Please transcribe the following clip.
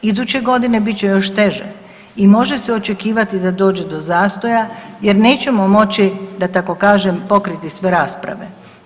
Iduće godine bit će još teže i može se očekivati da dođe do zastoja jer nećemo moći, da tako kažem, pokriti sve rasprave.